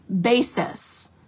basis